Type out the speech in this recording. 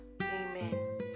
amen